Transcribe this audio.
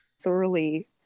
thoroughly